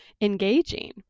engaging